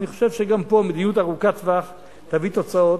אני חושב שגם פה מדיניות ארוכת טווח תביא תוצאות,